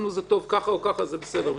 לנו כך או כך זה בסדר מבחינתנו.